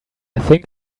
think